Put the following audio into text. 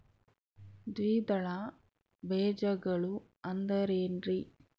ದ್ವಿದಳ ಬೇಜಗಳು ಅಂದರೇನ್ರಿ?